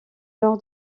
nord